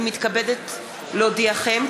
אני מתכבדת להודיעכם,